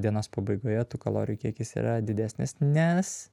dienos pabaigoje tų kalorijų kiekis yra didesnis nes